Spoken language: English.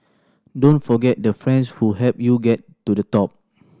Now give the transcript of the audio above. don't forget the friends who helped you get to the top